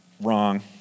Wrong